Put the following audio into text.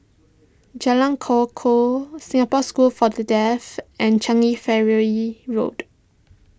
Jalan Kukoh Singapore School for the Deaf and Changi Ferry Road